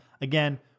Again